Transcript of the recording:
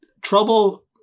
trouble